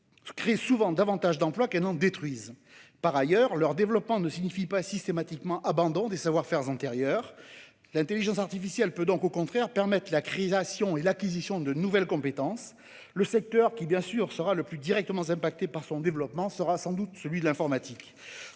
créent souvent davantage d'emplois qu'elles n'en détruisent. Par ailleurs, leur développement ne signifie pas systématiquement un abandon des savoir-faire antérieurs. L'intelligence artificielle peut au contraire permettre la création et l'acquisition de nouvelles compétences. Le secteur qui sera le plus directement affecté par leur développement sera sans surprise celui de l'informatique.